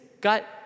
gut